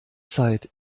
zeit